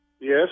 Yes